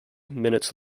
minutes